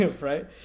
right